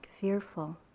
fearful